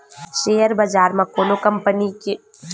share बजार म कोनो कंपनी के सेयर लेवाल अउ बेचहार बरोबर मिली जाथे